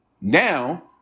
Now